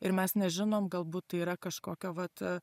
ir mes nežinom galbūt tai yra kažkokio vat